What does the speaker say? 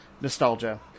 nostalgia